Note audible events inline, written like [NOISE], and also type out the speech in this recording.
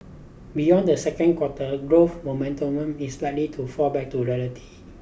beyond the second quarter growth [UNINTELLIGIBLE] is likely to fall back to reality